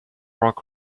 rock